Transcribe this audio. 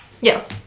Yes